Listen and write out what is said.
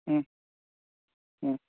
ꯎꯝ ꯎꯝ